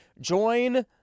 join